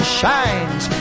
shines